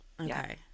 Okay